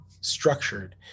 structured